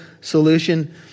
solution